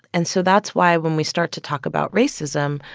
and so that's why, when we start to talk about racism,